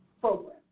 program